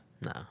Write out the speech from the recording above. No